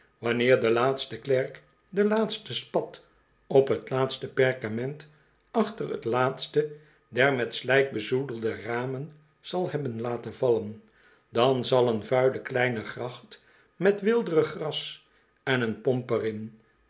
wanneer de laatste klerk de laatste spat op het laatste perkament achter het laatste der met slijk bezoedelde ramen zal hebben laten vallen dan zal een vuile kleine gracht met weelderig gras en een pomp